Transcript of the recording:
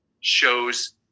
shows